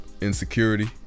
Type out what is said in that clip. insecurity